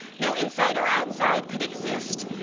no inside or outside could exist,